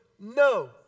no